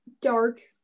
dark